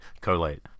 collate